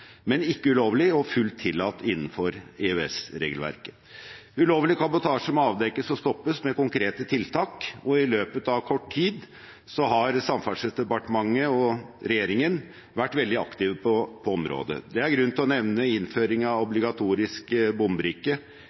men ikke ulovlig, og fullt tillatt innenfor EØS-regelverket. Ulovlig kabotasje må avdekkes og stoppes med konkrete tiltak. I løpet av kort tid har Samferdselsdepartementet og regjeringen vært veldig aktive på området. Det er grunn til å nevne innføring av obligatorisk bombrikke